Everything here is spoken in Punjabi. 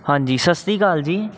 ਹਾਂਜੀ ਸਤਿ ਸ਼੍ਰੀ ਅਕਾਲ ਜੀ